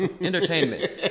entertainment